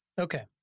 okay